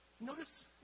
notice